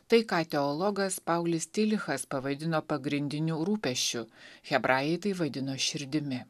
tai ką teologas paulis tilichas pavadino pagrindiniu rūpesčiu hebrajai tai vaidino širdimi